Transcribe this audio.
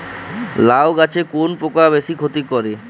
লাউ গাছে কোন পোকা বেশি ক্ষতি করে?